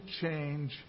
change